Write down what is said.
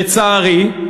לצערי,